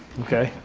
okay,